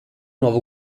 nuovo